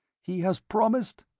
he has promised?